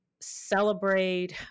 celebrate